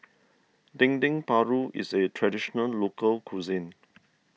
Dendeng Paru is a Traditional Local Cuisine